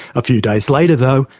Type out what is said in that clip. a few days later though,